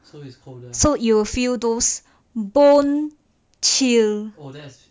so you will feel those bone chill